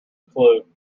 clue